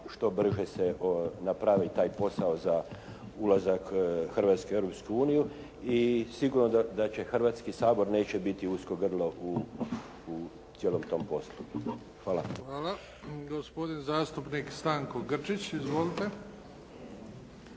što brže se napravi taj posao za ulazak Hrvatske u Europsku uniju. I sigurno da Hrvatski sabor neće biti usko grlo u cijelom tom poslu. Hvala. **Bebić, Luka (HDZ)** Hvala. Gospodin zastupnik Stanko Grčić. Izvolite.